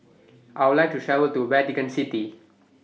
I Would like to travel to Vatican City